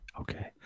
Okay